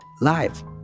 live